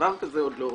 דבר כזה עוד לא ראיתי.